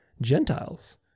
Gentiles